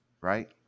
right